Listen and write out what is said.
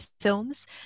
films